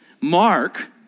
Mark